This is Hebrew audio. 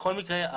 בכל מקרה,